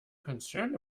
concerned